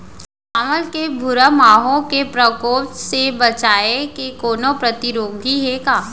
चांवल के भूरा माहो के प्रकोप से बचाये के कोई प्रतिरोधी हे का?